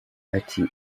ati